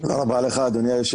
תודה רבה לך אדוני.